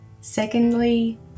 Secondly